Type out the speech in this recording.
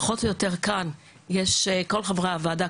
פחות או יותר כאן יש כל חברי הוועדה,